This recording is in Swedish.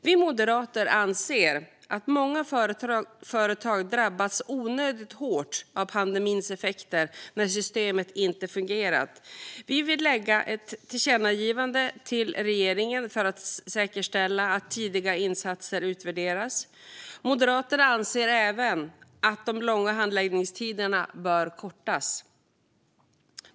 Vi moderater anser att många företag har drabbats onödigt hårt av pandemins effekter när systemet inte har fungerat. Vi vill att riksdagen riktar ett tillkännagivande till regeringen för att säkerställa att tidiga insatser utvärderas. Moderaterna anser även att de långa handläggningstiderna bör kortas.